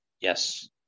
yes